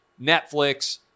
Netflix